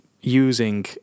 using